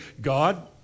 God